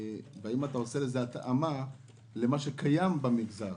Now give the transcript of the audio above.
והאם אתה עושה התאמה למה שקיים במגזר?